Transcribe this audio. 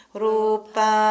rupa